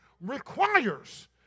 requires